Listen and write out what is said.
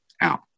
out